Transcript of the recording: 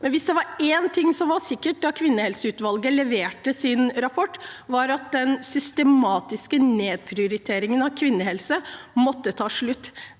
men hvis det var én ting som var sikkert da kvinnehelseutvalget leverte sin rapport, var det at den systematiske nedprioriteringen av kvinnehelse måtte ta slutt.